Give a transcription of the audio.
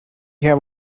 have